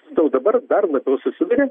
dėl dabar dar labiau susiduria